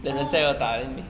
oh